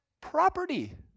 property